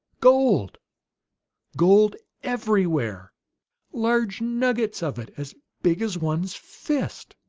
gold gold everywhere large nuggets of it, as big as one's fist!